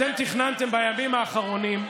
אתם תכננתם בימים האחרונים,